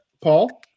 Paul